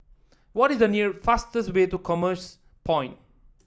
what is the near fastest way to Commerce Point